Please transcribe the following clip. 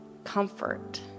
Comfort